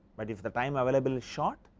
but if the time available is short,